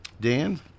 Dan